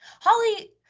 Holly